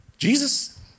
Jesus